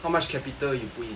how much capital you put in